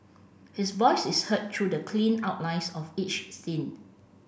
his voice is heard through the clean outlines of each scene